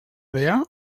dea